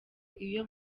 iyo